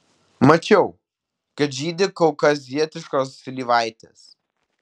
mačiau kad žydi kaukazietiškos slyvaitės